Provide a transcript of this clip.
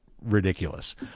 ridiculous